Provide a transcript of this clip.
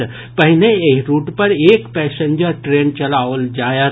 एखन पहिने रूट पर एक पैसेंजर ट्रेन चलाओल जायत